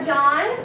John